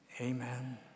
Amen